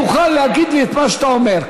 תוכל להגיד לי את מה שאתה אומר.